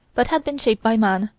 but had been shaped by man,